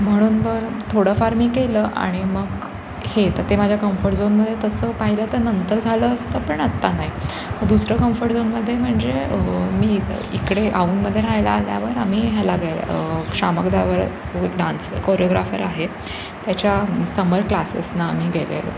म्हणून बर थोडंफार मी केलं आणि मग हे तर ते माझ्या कम्फर्ट झोनमध्ये तसं पाहिलं तर नंतर झालं असतं पण आत्ता नाही दुसरं कम्फर्ट झोनमध्ये म्हणजे मी इकडे औंधमध्ये राहायला आल्यावर आम्ही ह्याला गेलो शामक दावर जो डान्स कोरिओग्राफर आहे त्याच्या समर क्लासेसना आम्ही गेलेलो